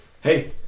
hey